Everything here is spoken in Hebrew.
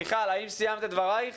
מיכל, האם סיימת את דברייך?